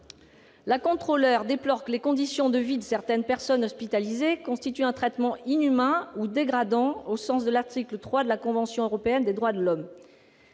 La Contrôleur déplore que « les conditions de vie de certaines personnes hospitalisées constituent un traitement inhumain ou dégradant au sens de l'article 3 de la Convention européenne des droits de l'homme